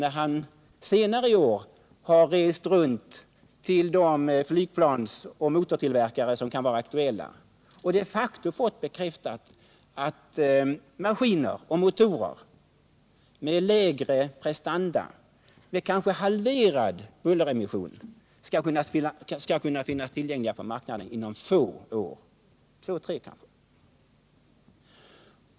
När han reste runt till de flygplansoch motortillverkare som kan vara aktuella fick han de facto bekräftat att maskiner och motorer med kanske halverad bulleremission skall kunna finnas tillgängliga på marknaden inom få år.